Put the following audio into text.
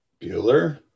Bueller